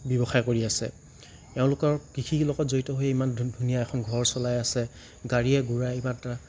ব্যৱসায় কৰি আছে এওঁলোকৰ কৃষি লগত জড়িত হৈ ইমান ধু ধুনীয়া এখন ঘৰ চলাই আছে গাড়ীয়ে ঘোঁৰায়ে ইমান এটা